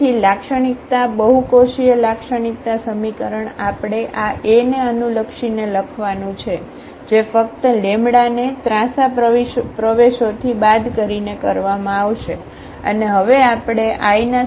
તેથી લાક્ષણિકતા બહુકોષીય લાક્ષણિકતા સમીકરણ આપણે આ A ને અનુલક્ષીને લખવાનું છે જે ફક્ત ને ત્રાંસા પ્રવેશોથી બાદ કરીને કરવામાં આવશે અને હવે આપણે I ના સંદર્ભમાં અહીં લખી શકીએ છીએ